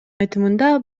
айтымында